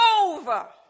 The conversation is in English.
over